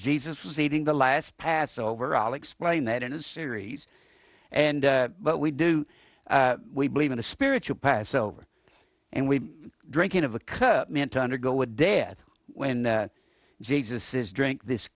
jesus was eating the last passover all explain that in a series and what we do we believe in the spiritual passover and we drink in of a cup meant to undergo a death when jesus is drink this